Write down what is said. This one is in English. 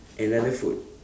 another food